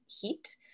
heat